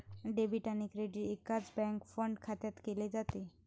debit आणि credit एकाच bank fund खात्यात केले जाते